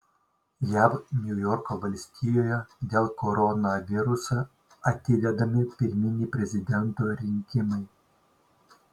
jav niujorko valstijoje dėl koronaviruso atidedami pirminiai prezidento rinkimai